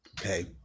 okay